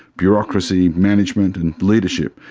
bureaucracy, management and leadership,